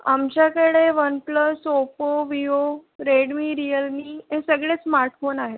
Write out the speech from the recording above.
आमच्याकडे OnePlus Oppo Vivo Redmi Realme हे सगळे स्मार्टफोन आहे